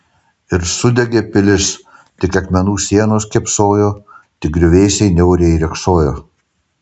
ir sudegė pilis tik akmenų sienos kėpsojo tik griuvėsiai niauriai riogsojo